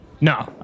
no